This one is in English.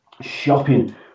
shopping